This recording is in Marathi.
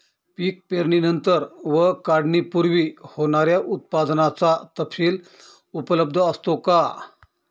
पीक पेरणीनंतर व काढणीपूर्वी होणाऱ्या उत्पादनाचा तपशील उपलब्ध असतो का?